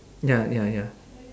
ya ya ya